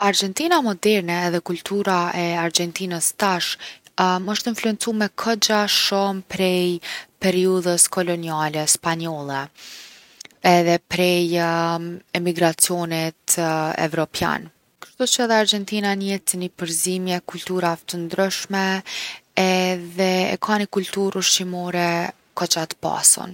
Argjentina moderne edhe kultura e argjentinës tash osht e influencume kogja shumë prej periudhës koloniale spanjollë edhe prej emigracionit evropian. Kshtuqë edhe Argjentina njihet si ni përzimje e kulturave t’ndryshme edhe e ka ni kulturë ushqimore kogja t’pasun.